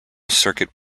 circuit